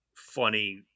funny